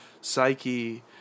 psyche